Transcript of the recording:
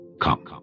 come